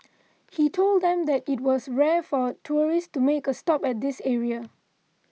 he told them that it was rare for tourists to make a stop at this area